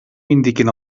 indiquin